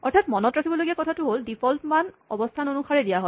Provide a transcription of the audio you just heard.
অৰ্থাৎ মনত ৰাখিবলগা কথা হ'ল ডিফল্ট মান অৱস্হান অনুসাৰে দিয়া হয়